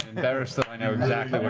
marisha you know